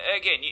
again